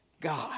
God